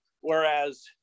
whereas